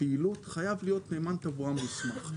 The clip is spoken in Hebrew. הפעילות חייב להיות נאמן תברואה מוסמך.